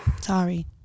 sorry